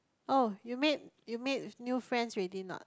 oh you made you made new friends already or not